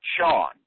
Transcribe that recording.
Sean